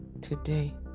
today